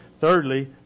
Thirdly